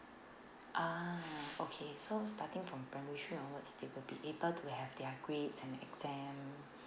ah okay so starting from primary three onwards they will be able to have their grade and exam